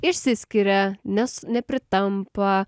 išsiskiria nes nepritampa